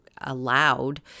allowed